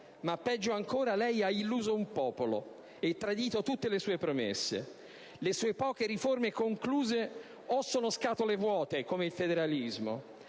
ma, peggio ancora, lei ha illuso un popolo e tradito tutte le sue promesse. Le sue poche riforme concluse, o sono scatole vuote, come il federalismo